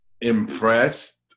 impressed